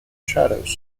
shadows